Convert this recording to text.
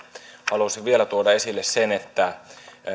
haluaisin vielä tuoda esille sen että